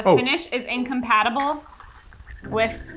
finish is incompatible with